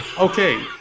Okay